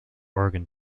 organ